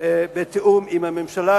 בתיאום עם הממשלה,